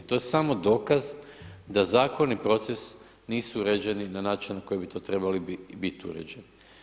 To je samo dokaz da zakon i proces nisu uređeni na način na koji bi to trebali bit uređeni.